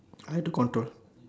try to control